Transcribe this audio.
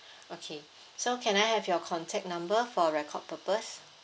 okay so can I have your contact number for record purpose